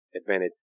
Advantage